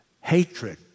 Hatred